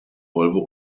volvo